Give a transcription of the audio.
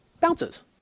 Bounces